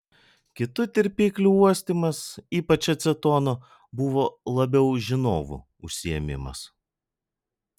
kitų tirpiklių uostymas ypač acetono buvo labiau žinovų užsiėmimas